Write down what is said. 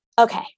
Okay